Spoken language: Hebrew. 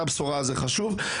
בשורה חשובה.